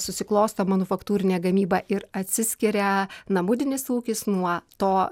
susiklosto manufaktūrinė gamyba ir atsiskiria namudinis ūkis nuo to